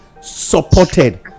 supported